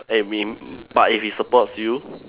I mean but if he supports you